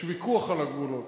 יש ויכוח על הגבולות.